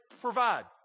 provide